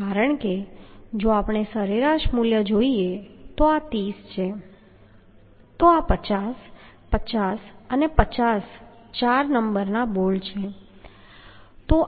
કારણ કે જો આપણે સરેરાશ મૂલ્ય જોઈએ તો આ 30 છે તો 50 50 અને 50 ચાર નંબરના બોલ્ટ છે